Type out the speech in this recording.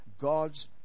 God's